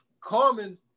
Carmen